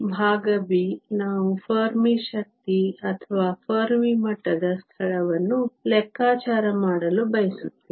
ಭಾಗ ಬಿ ನಾವು ಫೆರ್ಮಿ ಶಕ್ತಿ ಅಥವಾ ಫೆರ್ಮಿ ಮಟ್ಟದ ಸ್ಥಳವನ್ನು ಲೆಕ್ಕಾಚಾರ ಮಾಡಲು ಬಯಸುತ್ತೇವೆ